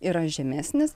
yra žemesnis